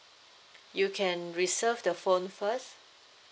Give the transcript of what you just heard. you can reserve the phone first